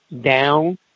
down